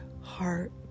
heart